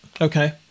Okay